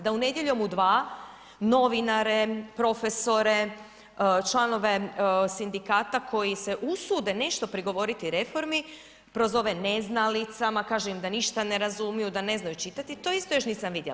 Da u „Nedjeljom u 2“ novinare, profesore, članove sindikata koji se usude nešto prigovoriti reformi prozove neznalicama, kaže im da ništa ne razumiju, da ne znaju čitati, to isto još nisam vidjela.